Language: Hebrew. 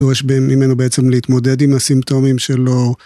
דורשים ממנו בעצם להתמודד עם הסימפטומים שלו.